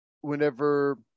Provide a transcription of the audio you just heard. whenever